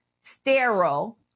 sterile